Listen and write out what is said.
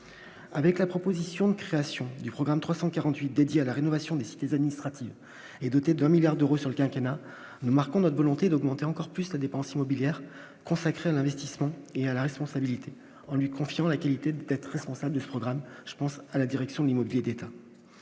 avec la proposition de création du programme 348 dédiés à la rénovation des cités administratives et doté d'un milliard d'euros sur le quinquennat marquons notre volonté d'augmenter encore plus la dépenses immobilières consacré à l'investissement et à la responsabilité, en lui confiant la qualité d'être responsable de ce programme, je pense à la direction de l'immobilier d'État